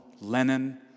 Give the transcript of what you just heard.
Lenin